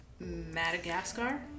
madagascar